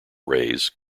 rays